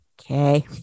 okay